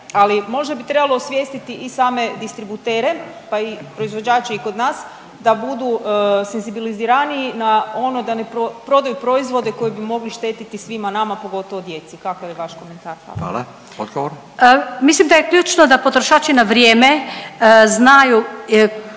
Ali možda bi trebalo osvijestiti i same distributere, pa i proizvođače i kod nas da budu senzibiliziraniji na ono da ne prodaju proizvode koji bi mogli štetiti svima nama, pogotovo djeci? Kakav je vaš komentar? Hvala. **Radin, Furio (Nezavisni)** Hvala.